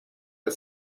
are